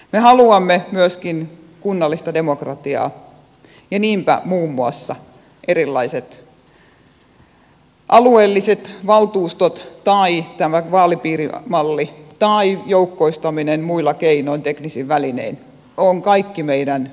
me haluamme myöskin kunnallista demokratiaa ja niinpä muun muassa erilaiset alueelliset valtuustot tai tämä vaalipiirimalli tai joukkoistaminen muilla keinoin teknisin välinein ovat kaikki meidän asialistallamme